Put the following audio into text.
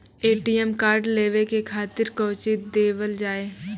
ATM card लेवे के खातिर कौंची देवल जाए?